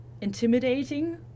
intimidating